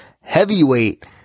heavyweight